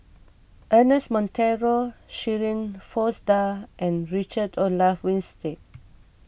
Ernest Monteiro Shirin Fozdar and Richard Olaf Winstedt